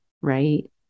Right